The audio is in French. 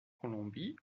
colombie